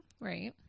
Right